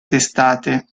testate